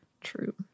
true